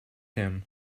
him